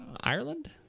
Ireland